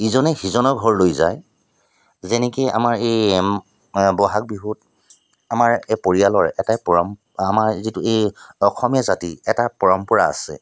ইজনে সিজনৰ ঘৰলৈ যায় যেনেকৈ আমাৰ এই বহাগ বিহুত আমাৰ এই পৰিয়ালৰ এটাই পৰম্পৰা আমাৰ যিটো এই অসমীয়া জাতি এটা পৰম্পৰা আছে